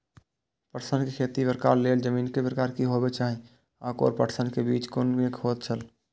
पटसन के खेती करबाक लेल जमीन के प्रकार की होबेय चाही आओर पटसन के बीज कुन निक होऐत छल?